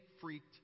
freaked